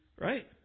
Right